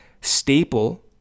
staple